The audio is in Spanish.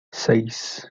seis